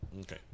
Okay